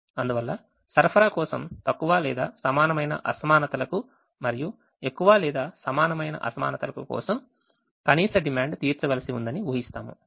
అందువల్ల సరఫరా కోసం తక్కువలేదా సమానమైన అసమానతలకు మరియు ఎక్కువ లేదా సమానమైన అసమానతలకు కోసం కనీస డిమాండ్ తీర్చవలసి ఉందని ఊహిస్తాము